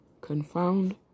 confound